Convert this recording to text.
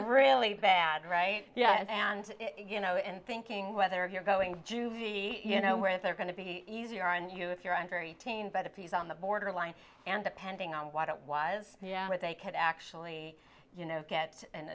really bad right yeah and you know and thinking whether you're going to juvie you know where they're going to be easier on you if you're on very keen but if he's on the borderline and the pending on what it was yeah but they could actually you know get an